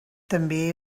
també